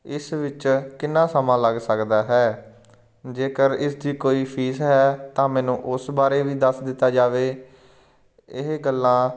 ਇਸ ਵਿੱਚ ਕਿੰਨਾ ਸਮਾਂ ਲੱਗ ਸਕਦਾ ਹੈ ਜੇਕਰ ਇਸ ਦੀ ਕੋਈ ਫੀਸ ਹੈ ਤਾਂ ਮੈਨੂੰ ਉਸ ਬਾਰੇ ਵੀ ਦੱਸ ਦਿੱਤਾ ਜਾਵੇ ਇਹ ਗੱਲਾਂ